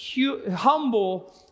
humble